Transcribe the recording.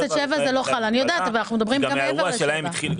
עד שבעה קילומטר לא חלה עליהם המגבלה.